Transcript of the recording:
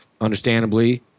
understandably